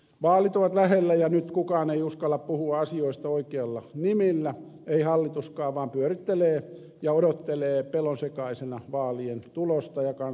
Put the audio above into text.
vaalit ovat lähellä ja nyt kukaan ei uskalla puhua asioista oikeilla nimillä ei hallituskaan vaan se pyörittelee ja odottelee pelonsekaisena vaalien tulosta ja kansan tuomiota